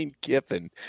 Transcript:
Kiffin